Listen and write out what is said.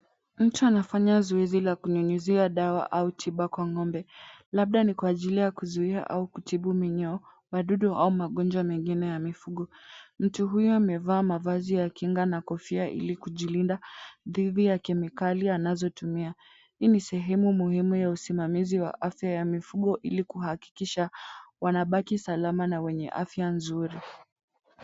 Mtu anafanya zoezi la kunyunyizia dawa au tiba kwa ng'ombe. Labda ni kwa ajili ya kuzuia au kutibu minyoo, wadudu au magonjwa mengine ya mifugo. Mtu huyo amevaa mavazi ya kinga na kofia ili kujilinda dhidi ya kemikali anazo tumia. Hii sehemu muhimu ya usimamizi ya afya ya mifugo ili kuhakikisha wanabaki salama na wenye afya nzuri.